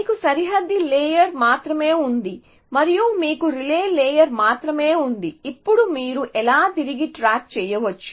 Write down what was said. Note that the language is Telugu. మీకు సరిహద్దు లేయర్ మాత్రమే ఉంది మరియు మీకు రిలే లేయర్ మాత్రమే ఉంది ఇప్పుడు మీరు ఎలా తిరిగి ట్రాక్ చేయవచ్చు